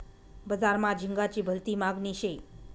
बजार मा झिंगाची भलती मागनी शे